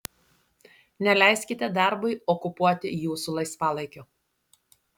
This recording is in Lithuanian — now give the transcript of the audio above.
neleiskite darbui okupuoti jūsų laisvalaikio